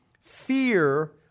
fear